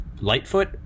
Lightfoot